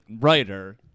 writer